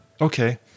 Okay